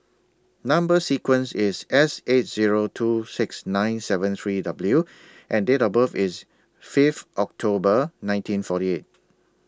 Number sequence IS S eight Zero two six nine seven three W and Date of birth IS Fifth October nineteen forty eight